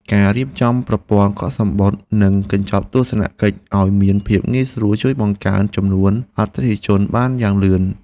ការរៀបចំប្រព័ន្ធកក់សំបុត្រនិងកញ្ចប់ទស្សនកិច្ចឱ្យមានភាពងាយស្រួលជួយបង្កើនចំនួនអតិថិជនបានយ៉ាងលឿន។